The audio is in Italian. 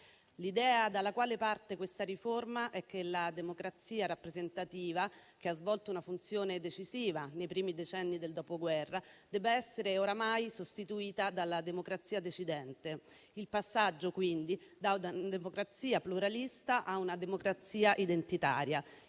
l'idea dalla quale parte questa riforma è che la democrazia rappresentativa, che ha svolto una funzione decisiva nei primi decenni del Dopoguerra, debba essere oramai sostituita dalla democrazia decidente: il passaggio quindi da democrazia pluralista a una democrazia identitaria,